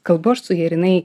kalbu aš su ja ir jinai